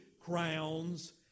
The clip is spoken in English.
crowns